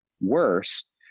worse